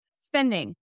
Spending